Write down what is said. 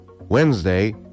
Wednesday